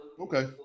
okay